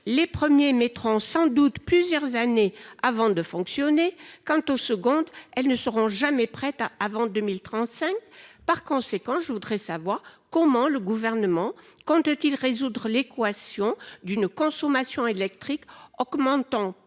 les premiers mettront sans doute plusieurs années avant de fonctionner. Quant aux secondes, elles ne seront jamais prête à avant 2035. Par conséquent, je voudrais savoir comment le gouvernement compte-t-il résoudre l'équation d'une consommation électrique augmentant